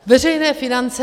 Veřejné finance.